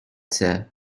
sir